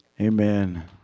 Amen